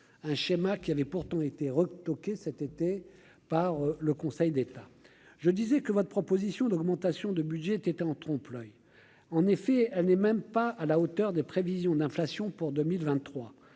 un schéma qui avait pourtant été retoqué cet été par le Conseil d'État, je disais que votre proposition d'augmentation de budget était en trompe l'oeil, en effet, elle n'est même pas à la hauteur des prévisions d'inflation pour 2023,